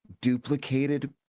duplicated